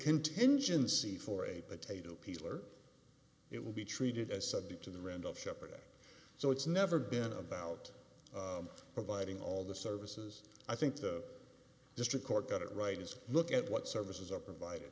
contingency for a potato peeler it will be treated as subject to the end of shepard so it's never been about providing all the services i think the district court got it right is a look at what services are provided